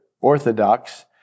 Orthodox